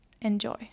Enjoy